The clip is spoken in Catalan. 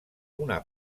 una